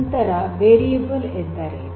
ನಂತರ ವೇರಿಯೇಬಲ್ ಎಂದರೇನು